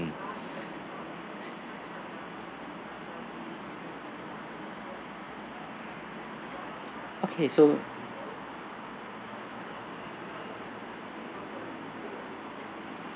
okay so